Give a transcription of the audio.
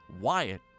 Wyatt